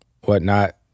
whatnot